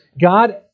God